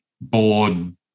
board